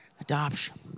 Adoption